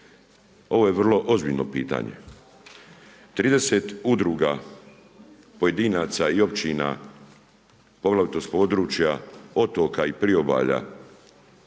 ovo je vrlo ozbiljno pitanje, 30 udruga, pojedinaca i općina poglavito sa područja otoka i priobalja